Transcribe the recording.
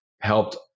helped